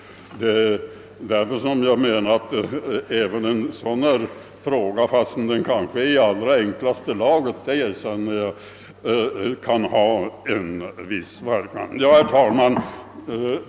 Därför menar jag att även den fråga jag nu tagit upp — jag erkänner att den kanske är i enklaste laget — kan ha en viss verkan. Herr talman!